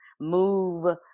move